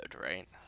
right